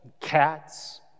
cats